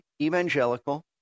evangelical